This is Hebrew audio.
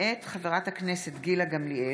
מאת חברת הכנסת גילה גמליאל,